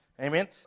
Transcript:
Amen